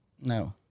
No